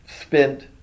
spent